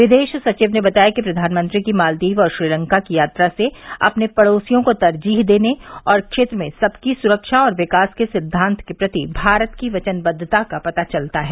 विदेश सचिव ने बताया कि प्रधानमंत्री की मालदीव और श्रीलंका की यात्रा से अपने पड़ोसियों को तरजीह देने और क्षेत्र में सबकी सुरक्षा और विकास के सिद्वांत के प्रति भारत की वचनबद्वता का पता चलता है